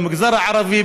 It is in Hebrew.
במגזר הערבי,